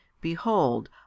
BEHOLD